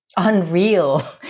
unreal